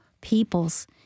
peoples